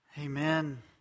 Amen